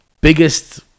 biggest